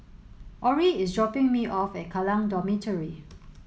Orie is dropping me off at Kallang Dormitory